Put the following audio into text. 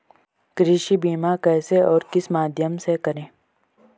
कृषि बीमा कैसे और किस माध्यम से करें?